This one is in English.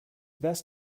best